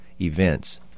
events